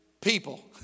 people